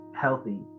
healthy